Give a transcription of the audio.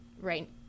right